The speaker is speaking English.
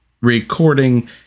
recording